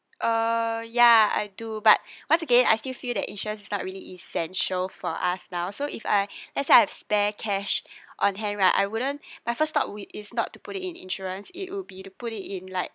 uh ya I do but once again I still feel that insurance is not really essential for us now so if I let's say I have spare cash on hand right I wouldn't my first thought we is not to put it in insurance it would be to put it in like